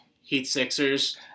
Heat-Sixers